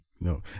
No